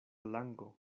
lango